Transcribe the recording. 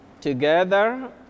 Together